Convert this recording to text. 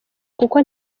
kuko